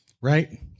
right